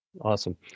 awesome